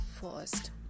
first